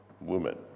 woman